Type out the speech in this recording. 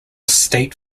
state